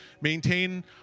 maintain